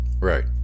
Right